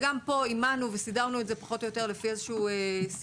וגם פה אימנו וסידרנו את זה פחות או יותר לפי איזשהו סיווג